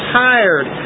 tired